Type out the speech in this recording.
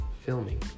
filming